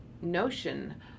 notion